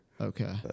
Okay